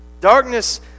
Darkness